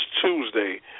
Tuesday